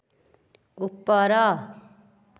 ଉପର